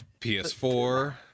PS4